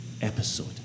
episode